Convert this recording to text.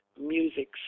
music